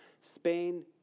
Spain